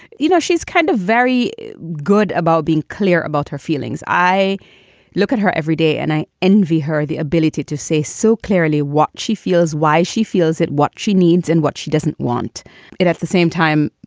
you know, she's kind of very good about being clear about her feelings. i look at her everyday and i envy her the ability to say so clearly what she feels, why she feels it, what she needs and what she doesn't want it at the same time,